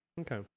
Okay